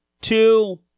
two